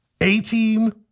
A-Team